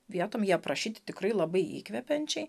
vietom jie aprašyti tikrai labai įkvepiančiai